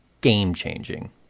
Game-changing